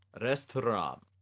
restaurant